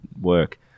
work